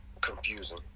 confusing